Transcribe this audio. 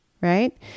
right